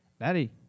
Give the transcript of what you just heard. Daddy